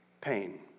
pain